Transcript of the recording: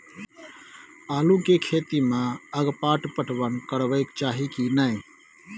आलू के खेती में अगपाट पटवन करबैक चाही की नय?